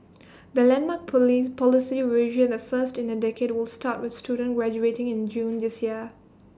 the landmark poly policy revision the first in A decade will start with students graduating in June this year